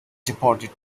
deported